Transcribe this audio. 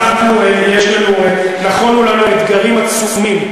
נכונו לנו אתגרים עצומים,